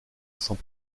sans